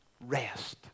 rest